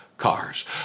Cars